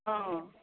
অঁ